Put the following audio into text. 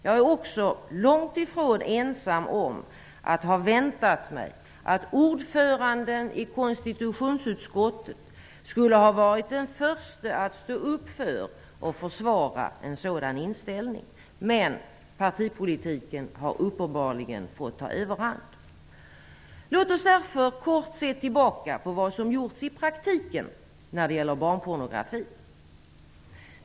Jag är också långt ifrån ensam om att ha väntat mig att ordföranden i konstitutionsutskottet skulle ha varit den förste att stå upp för och försvara en sådan inställning. Men partipolitiken har uppenbarligen fått ta överhand. Låt oss därför kort se tillbaka på vad som gjorts i praktiken när det gäller barnpornografi.